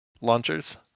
launchers